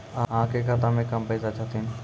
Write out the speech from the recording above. अहाँ के खाता मे कम पैसा छथिन?